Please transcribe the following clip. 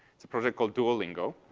it's a project called duolingo.